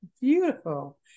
beautiful